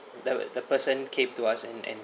the the person came to us and and